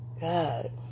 God